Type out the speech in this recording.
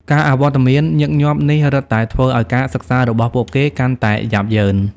ការអវត្តមានញឹកញាប់នេះរឹតតែធ្វើឲ្យការសិក្សារបស់ពួកគេកាន់តែយ៉ាប់យ៉ឺន។